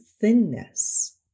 thinness